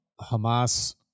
Hamas